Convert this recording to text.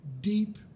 Deep